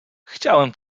chciałem